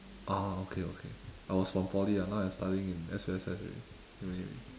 oh okay okay I was from poly ah now I studying in S_U_S_S already uni already